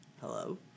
hello